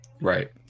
Right